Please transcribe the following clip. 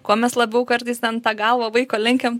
kuo mes labiau kartais ten tą galvą vaiko lenkiam